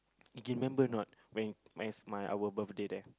you can remember or not when when is my our birthday there